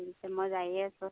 পিছে মই যায়েই আছোঁ